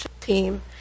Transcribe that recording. team